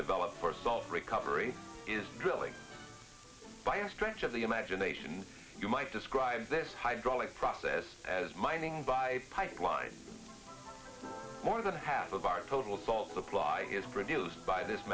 developed for salt recovery is drilling by a stretch of the imagination you might describe this hydraulic process as mining by a pipeline more than half of our total salt supply is produced by this